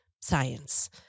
science